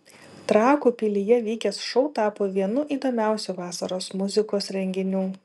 trakų pilyje vykęs šou tapo vienu įdomiausių vasaros muzikos renginių